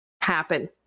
happen